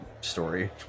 story